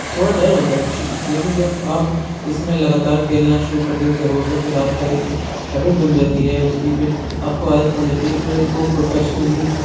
تھوڑا ڈر ہوتا ہے لیکن جب آپ اِس میں لگاتار کھیلنا شروع کر دیتے ہو تو پھر آپ کا ایک ہیبٹ بن جاتی ہے اُس کی پھر آپ کو عادت پڑ جاتی ہے پھر ایک وہ پروفیشنلی